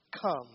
Come